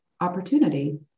opportunity